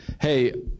hey